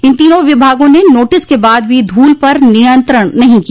इन तीनों विभागों ने नोटिस के बाद भी धूल पर नियंत्रण नहीं किया